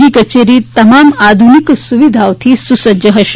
જી કચેરી તમામ આધુનિક સુવિધાઓથી સુસજ્જ હશે